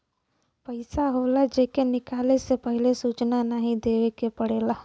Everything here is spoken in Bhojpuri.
पइसा होला जे के निकाले से पहिले सूचना नाही देवे के पड़ेला